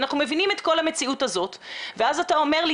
אנחנו מבינים את כל המציאות הזאת ואז אתה אומר לי